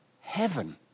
heaven